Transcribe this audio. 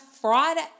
Friday